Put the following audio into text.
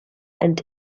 and